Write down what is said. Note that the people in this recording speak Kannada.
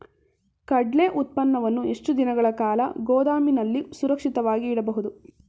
ಕಡ್ಲೆ ಉತ್ಪನ್ನವನ್ನು ಎಷ್ಟು ದಿನಗಳ ಕಾಲ ಗೋದಾಮಿನಲ್ಲಿ ಸುರಕ್ಷಿತವಾಗಿ ಇಡಬಹುದು?